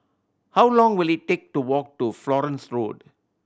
how long will it take to walk to Florence Road